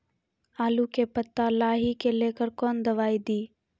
आलू के पत्ता लाही के लेकर कौन दवाई दी?